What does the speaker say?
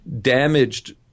damaged